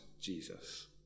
Jesus